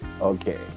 okay